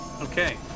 Okay